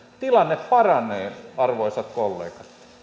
tilanne paranee arvoisat kollegat